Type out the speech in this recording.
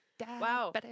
Wow